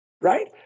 Right